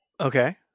Okay